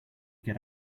get